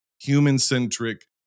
human-centric